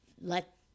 let